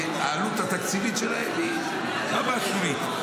העלות התקציבית שלהם היא ממש שולית,